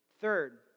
Third